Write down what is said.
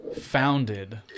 founded